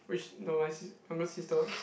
which younger sister